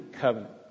covenant